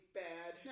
bad